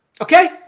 okay